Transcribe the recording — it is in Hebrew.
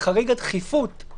בתוך הבית